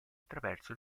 attraverso